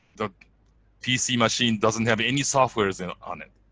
the pc machine doesn't have any softwares and on it,